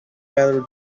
rather